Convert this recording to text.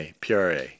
PRA